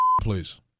please